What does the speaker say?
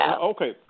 okay